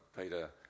Peter